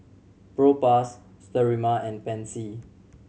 Propass Sterimar and Pansy